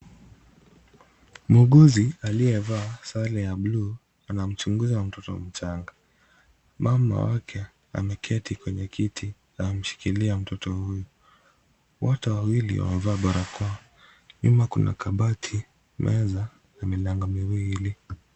Muuguzi aliyevaa sare ya buluu anamchunguza mtoto mchanga, mama wake ameketi kwenye kiti ameshikilia mtoto huyu. Wote wawili wamevaa barakoa. Nyuma kuna kabati, meza na milango miwili.